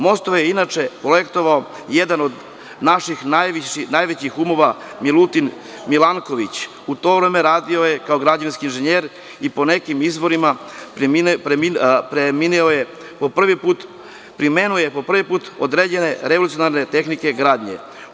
Mostove je inače projektovao jedan od naših najvećih umova Milutin Milanković, a u to vreme radio je kao građevinski inženjer i po nekim izvorima primenio je po prvi put određene revolucionarne tehnike gradnje.